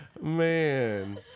Man